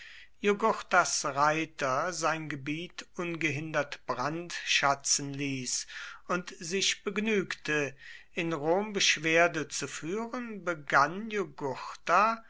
jugurthas reiter sein gebiet ungehindert brandschatzen ließ und sich begnügte in rom beschwerde zu führen begann